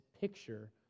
picture